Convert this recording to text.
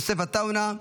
יוסף עטאונה,